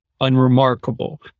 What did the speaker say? unremarkable